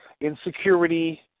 Insecurity